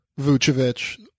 Vucevic